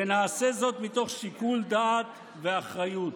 ונעשה זאת מתוך שיקול דעת ואחריות.